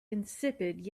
insipid